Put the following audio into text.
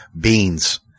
Beans